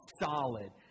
solid